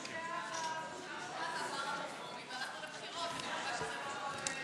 להעביר את הצעת חוק הבטחת הכנסה (תיקון,